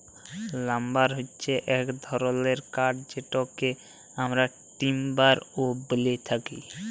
lumber হচ্যে এক ধরলের কাঠ যেটকে আমরা টিম্বার ও ব্যলে থাকি